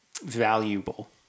Valuable